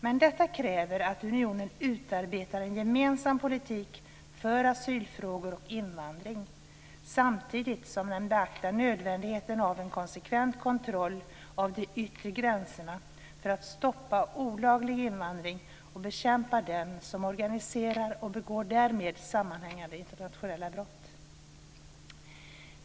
Men detta kräver att unionen utarbetar en gemensam politik för asylfrågor och invandring, samtidigt som den beaktar nödvändigheten av en konsekvent kontroll av de yttre gränserna för att stoppa olaglig invandring och bekämpa dem som organiserar och därmed begår sammanhängande internationella brott.